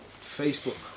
Facebook